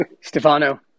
Stefano